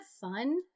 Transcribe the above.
fun